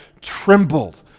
trembled